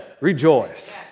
rejoice